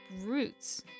roots